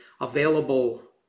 available